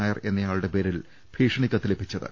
നായർ എന്നയാളുടെ പേരിൽ ഭീഷണിക്കത്ത് ലഭിച്ചത്